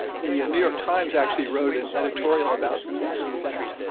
the new york times actually wrote an editorial about that event.